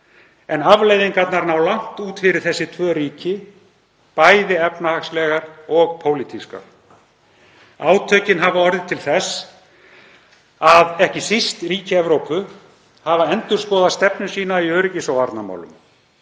En afleiðingarnar ná langt út fyrir þessi tvö ríki, bæði efnahagslegar og pólitískar. Átökin hafa orðið til þess að ekki síst ríki Evrópu hafa endurskoðað stefnu sína í öryggis- og varnarmálum.